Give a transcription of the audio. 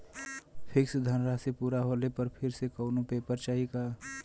Fix धनराशी पूरा होले पर फिर से कौनो पेपर चाही का?